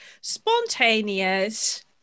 spontaneous